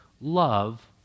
love